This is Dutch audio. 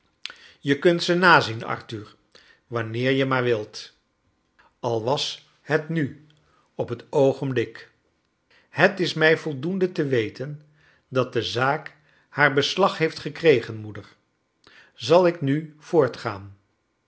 je kunt ze nakleinjs dorrit zien arthur wanneer je maar wilt al was het nu op liet oogen j blik j het is mij voldoende te weten i dat de zaak haar beslag heeft ge kregen moeder zal ik au voortgaan